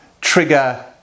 trigger